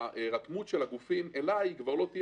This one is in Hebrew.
ההירתמות של הגופים אליי כבר לא תהיה